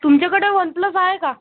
तुमच्याकडं OnePlus आहे का